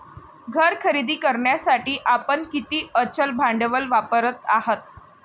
घर खरेदी करण्यासाठी आपण किती अचल भांडवल वापरत आहात?